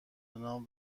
نام